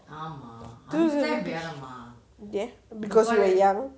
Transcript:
because you were young